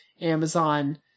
Amazon